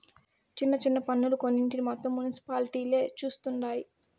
చిన్న చిన్న పన్నులు కొన్నింటిని మాత్రం మునిసిపాలిటీలే చుస్తండాయి